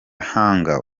hanga